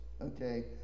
Okay